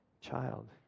child